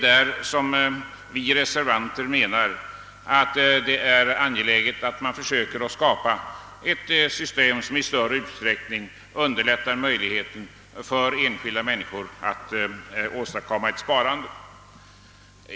Enligt reservanternas uppfattning är det angeläget att man försöker skapa ett system, som i större utsträckning underlättar möjligheten för enskilda människor att åstadkomma ett sparande.